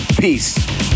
Peace